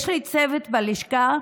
יש לי צוות בלשכה,